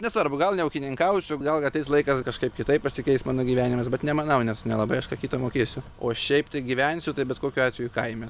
nesvarbu gal neūkininkausiu gal ateis laikas kažkaip kitaip pasikeis mano gyvenimas bet nemanau nes nelabai aš ką kita mokėsiu o šiaip tai gyvensiu tai bet kokiu atveju kaime